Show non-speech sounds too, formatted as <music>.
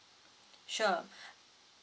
sure <breath>